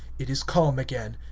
it is calm again,